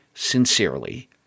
sincerely